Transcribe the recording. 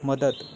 मदत